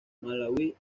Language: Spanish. malaui